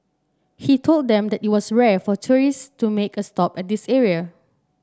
he told them that it was rare for tourists to make a stop at this area